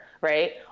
right